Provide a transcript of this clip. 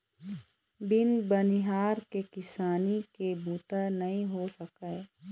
बिन बनिहार के किसानी के बूता नइ हो सकय